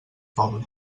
poble